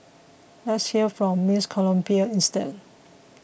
let's hear from Miss Colombia instead